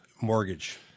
mortgage